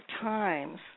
times